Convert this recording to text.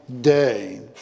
day